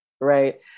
right